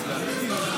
תגיד לי.